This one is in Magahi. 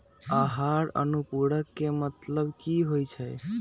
आहार अनुपूरक के मतलब की होइ छई?